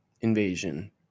invasion